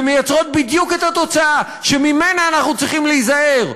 ומייצרות בדיוק את התוצאה שממנה אנחנו צריכים להיזהר,